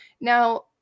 now